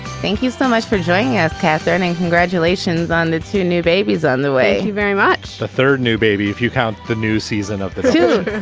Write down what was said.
thank you so much for joining us, catherine. and congratulations on the two new babies on the way he very much the third new baby if you count the new season of the season,